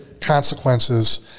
consequences